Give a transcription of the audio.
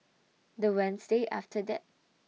The Wednesday after that